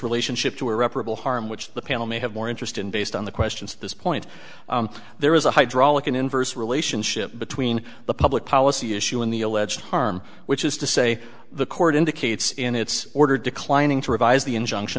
relationship to irreparable harm which the panel may have more interest in based on the questions at this point there is a hydraulic an inverse relationship between the public policy issue and the alleged harm which is to say the court indicates in its order declining to revise the injunction